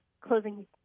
closing